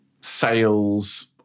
sales